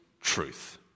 truth